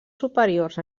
superiors